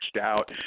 out